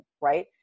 right